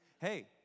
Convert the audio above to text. Hey